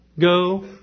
go